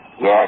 Yes